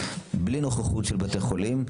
בלי נוכחות של בתי החולים.